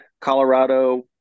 Colorado